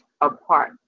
apart